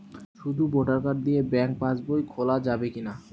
শুধু voter card দিয়ে bank pass বই খোলা যাবে কিনা?